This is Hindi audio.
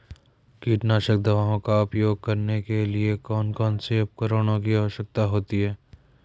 कीटनाशक दवाओं का उपयोग करने के लिए कौन कौन से उपकरणों की आवश्यकता होती है?